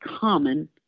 common